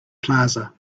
plaza